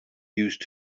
used